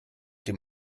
dem